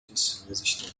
pessoas